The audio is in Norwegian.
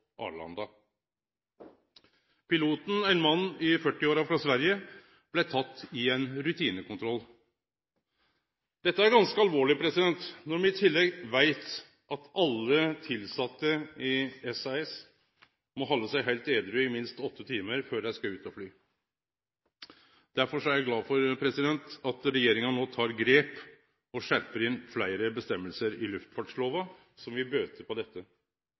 Piloten, ein mann i 40-åra frå Sverige, blei teken i ein rutinekontroll. Dette er ganske alvorleg, når me i tillegg veit at alle tilsette i SAS må halde seg heilt edrue i minst åtte timar før dei skal ut og fly. Derfor er eg glad for at regjeringa no tek grep og skjerper inn fleire føresegner i luftfartslova som vil bøte på dette.